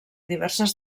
diverses